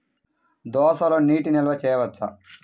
దోసలో నీటి నిల్వ చేయవచ్చా?